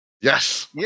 Yes